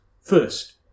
First